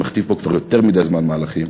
שמכתיב פה כבר יותר מדי זמן מהלכים,